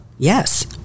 Yes